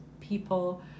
people